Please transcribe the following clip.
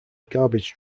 garbage